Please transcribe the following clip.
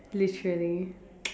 literally